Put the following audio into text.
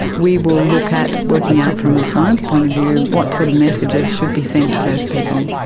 we will look at working out from a science point of view what sort of messages should be sent to those people.